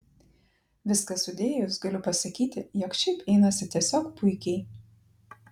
viską sudėjus galiu pasakyti jog šiaip einasi tiesiog puikiai